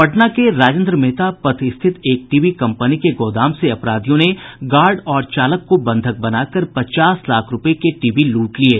पटना के राजेन्द्र मेहता पथ स्थित एक टीवी कंपनी के गोदाम से अपराधियों ने गार्ड और चालक को बंधक बनाकर पचास लाख रूपये के टीवी लूट लिये